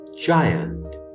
Giant